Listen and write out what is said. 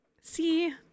See